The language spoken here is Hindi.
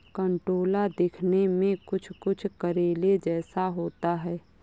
कंटोला दिखने में कुछ कुछ करेले जैसा होता है